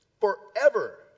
forever